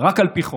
רק על פי חוק.